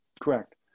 Correct